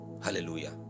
hallelujah